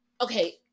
okay